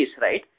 right